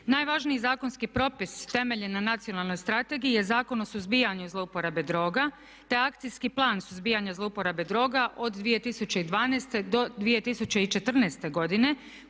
Najvažniji zakonski propis temeljen na Nacionalnoj strategiji je Zakon o suzbijanju zlouporabe droga te Akcijski plan suzbijanja zlouporabe droga od 2012. do 2014. godine